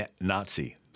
Nazi